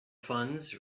funds